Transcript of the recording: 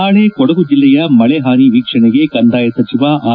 ನಾಳೆ ಕೊಡಗು ಜಿಲ್ಲೆಯ ಮಳೆ ಹಾನಿ ವೀಕ್ಷಣೆಗೆ ಕಂದಾಯ ಸಚಿವ ಆರ್